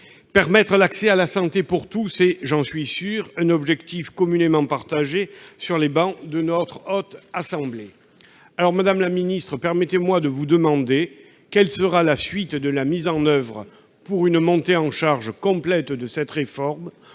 Permettre l'accès à la santé pour tous est- j'en suis sûr -un objectif communément partagé sur les bancs de la Haute Assemblée. Madame la ministre, permettez-moi de vous demander quelle sera la suite de la mise en oeuvre pour une montée en charge complète de cette réforme ô